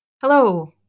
Hello